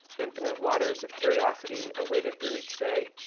infinite waters of curiosity are weighted through each day.